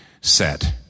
set